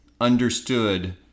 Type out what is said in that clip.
understood